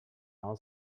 all